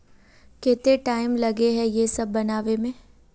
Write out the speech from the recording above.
केते टाइम लगे है ये सब बनावे में?